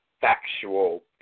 factual